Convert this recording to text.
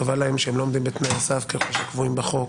קבע להם שלא עומדים בתנאי הסף שקבועים בחוק,